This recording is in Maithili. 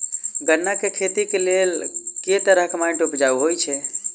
गन्ना केँ खेती केँ लेल केँ तरहक माटि उपजाउ होइ छै?